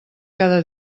cada